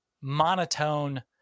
monotone